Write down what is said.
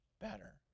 better